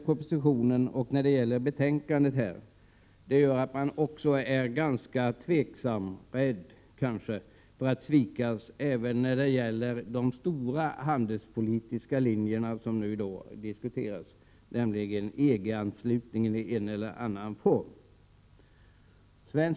Propositionen och betänkandet innebär att dessa företagare nu är rädda att svikas, när de stora handelspolitiska linjerna diskuteras, nämligen en eller annan form av anslutning till EG.